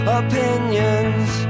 opinions